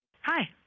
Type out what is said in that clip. Hi